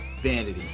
vanity